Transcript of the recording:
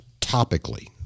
topically